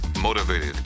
motivated